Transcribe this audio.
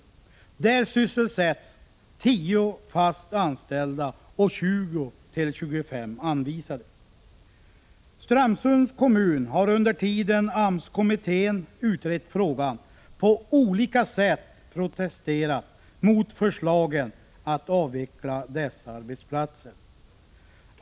Där sysselsätts 10 fast anställda och 20-25 anvisade. Strömsunds kommun har under tiden AMS-kommittén utrett frågan på olika sätt protesterat mot förslagen att avveckla dessa arbetsplatser.